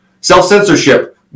Self-censorship